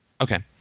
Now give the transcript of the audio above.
Okay